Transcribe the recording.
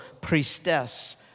priestess